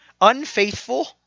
unfaithful